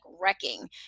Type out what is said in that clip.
wrecking